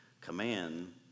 command